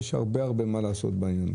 יש הרבה מה לעשות בעניין.